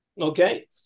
Okay